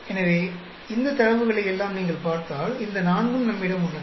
எனவே இந்த தரவுகளையெல்லாம் நீங்கள் பார்த்தால் இந்த நான்கும் நம்மிடம் உள்ளன